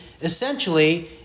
essentially